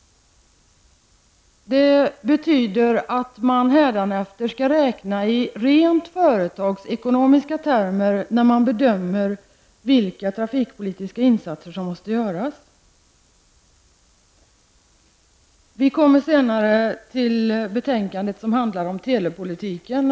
Det betyder att man hädanefter skall räkna i rent företagsekonomiska termer när man bedömer vilka trafikpolitiska insatser som måste göras. Vi kommer senare att debattera betänkandet som handlar om telepolitiken.